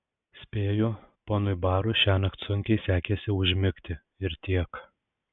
spėju ponui barui šiąnakt sunkiai sekėsi užmigti ir tiek